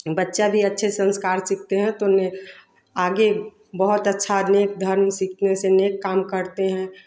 बच्चा भी अच्छे से संस्कार सीखते हैं तो उन में आगे बहुत अच्छा नेक धर्म सीखने से नेक काम करते हैं